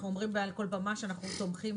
אנחנו אומרים מעל כל במה שאנחנו תומכים